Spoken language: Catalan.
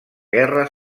guerra